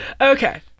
Okay